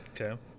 Okay